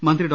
മന്ത്രി ഡോ